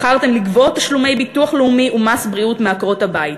בחרתם לגבות תשלומי ביטוח לאומי ומס בריאות מעקרות-הבית,